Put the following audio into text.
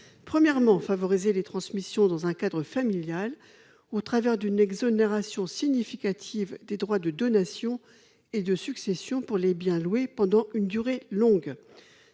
premièrement, favoriser les transmissions dans un cadre familial au travers d'une exonération significative des droits de donation et de succession pour les biens loués pendant une durée longue